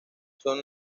son